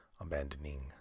abandoning